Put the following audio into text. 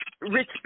rich